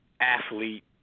athlete